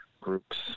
groups